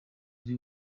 ari